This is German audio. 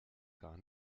gar